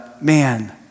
man